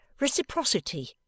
reciprocity